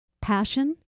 passion